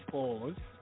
Pause